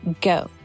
go